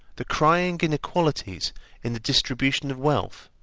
the crying inequalities in the distribution of wealth,